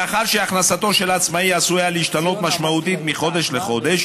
מאחר שהכנסתו של עצמאי עשויה להשתנות משמעותית מחודש לחודש,